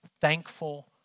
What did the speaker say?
thankful